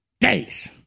Days